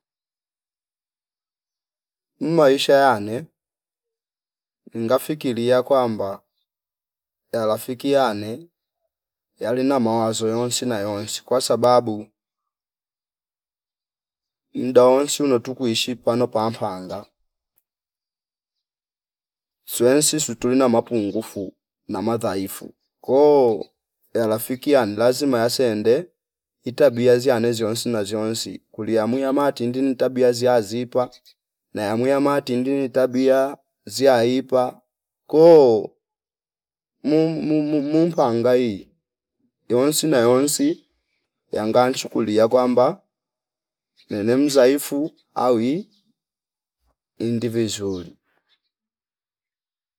Mmaisha yane ngafikilia kwamba yalafiki yane, yali na mawazo yonsi na yonsi kwasababu mdaa wonsi uno tukuishi pano pampapanga swensi swistina mapungvufu na madhaifu ko elafiki an lazima yasende itabia ziyane ziyonsi na ziyonsi kuliya miya matindi ntabia ziya zipwa naya miya matindi ntabia ziyaipa ko mumu- mumu- mumpanga ii iwonsi na yonsi yanga nchukulia kwamba nene mdhaifu auyi indi vizuri